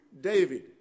David